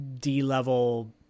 D-level